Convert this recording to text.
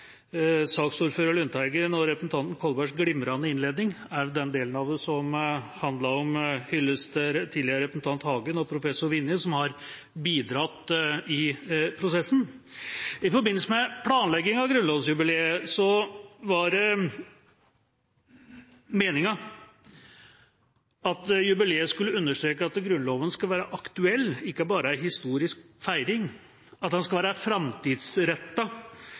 saksordfører Lundteigen og representanten Kolbergs glimrende innledninger, også de delene som handlet om hyllest til tidligere representant Hagen og professor Vinje, som har bidratt i prosessen. I forbindelse med planlegging av grunnlovsjubileet var det meningen at jubileet skulle understreke at Grunnloven skal være aktuell – det skulle ikke bare være ei historisk feiring – at den skal være